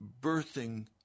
birthing